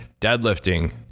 deadlifting